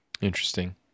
interesting